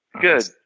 Good